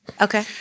okay